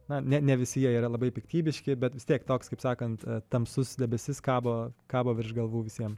na ne visi jie yra labai piktybiški bet vis tiek toks kaip sakant tamsus debesis kabo kabo virš galvų visiem